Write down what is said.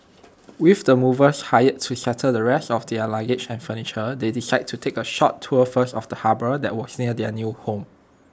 with the movers hired to settle the rest of their luggage and furniture they decided to take A short tour first of the harbour that was near their new home